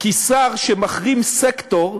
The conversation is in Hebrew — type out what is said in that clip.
כי שר שמחרים סקטור,